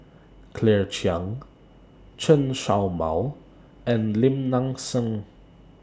Claire Chiang Chen Show Mao and Lim Nang Seng